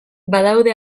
badaude